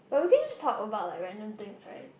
or we can just talk about like random things right